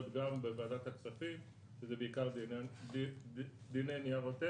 גם בוועדת הכספים שזה בעיקר דיני ניירות ערך,